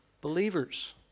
believers